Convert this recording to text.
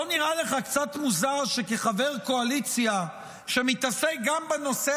לא נראה לך קצת מוזר שכחבר קואליציה שמתעסק גם בנושא